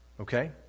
Okay